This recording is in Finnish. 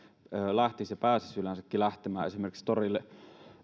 lähtisi ja pääsisi yleensäkin lähtemään esimerkiksi torille